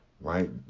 right